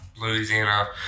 Louisiana